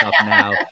now